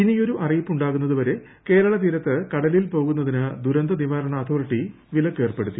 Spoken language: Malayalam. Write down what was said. ഇനിയൊരു അറിയിപ്പ് ഉണ്ടാകുന്നത് വരെ കേരള തീരത്ത് കടലിൽ പോകുന്നതിന് ദുരന്ത നിവാരണ അതോറിറ്റി വിലക്കേർപ്പെടുത്തി